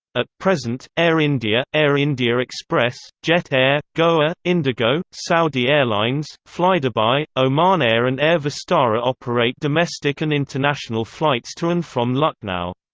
at present, air india, air india express, jet air, goair, indigo, indigo, saudi airlines, flydubai, oman air and air vistara operate domestic and international flights to and from lucknow.